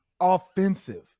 offensive